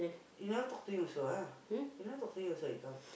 you never talk to him also ah you never talk to him also he come